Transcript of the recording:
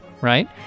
right